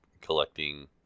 collecting